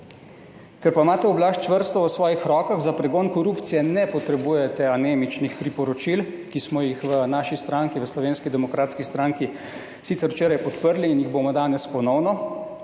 Ker pa imate oblast čvrsto v svojih rokah, za pregon korupcije ne potrebujete anemičnih priporočil, ki smo jih v naši stranki, v Slovenski demokratski stranki, sicer včeraj podprli in jih bomo danes ponovno,